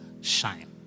shine